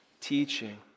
teaching